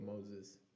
Moses